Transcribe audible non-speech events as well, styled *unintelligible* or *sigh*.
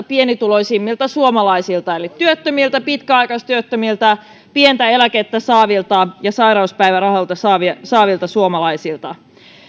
*unintelligible* pienituloisimmilta suomalaisilta eli työttömiltä pitkäaikaistyöttömiltä pientä eläkettä ja sairauspäivärahoja saavilta saavilta suomalaisilta